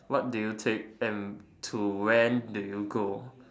what do you take and to when do you go